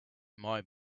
might